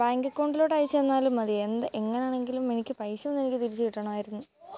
bank അക്കൗണ്ടിലോട്ട് അയച്ചു തന്നാലും മതി എന്ത് എങ്ങനെയാണെങ്കിലും എനിക്ക് പൈസ ഇന്ന് തിരിച്ചു കിട്ടണമായിരുന്നു